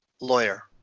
Lawyer